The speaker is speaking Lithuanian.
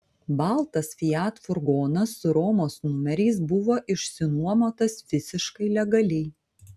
baltas fiat furgonas su romos numeriais buvo išsinuomotas visiškai legaliai